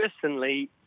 personally